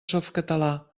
softcatalà